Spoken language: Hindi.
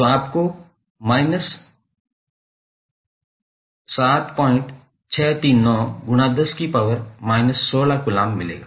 तो आपको माइनस कूलम्ब मिलेगा